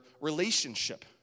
relationship